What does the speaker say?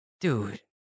dude